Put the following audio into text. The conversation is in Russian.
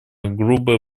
грубая